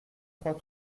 trois